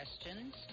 questions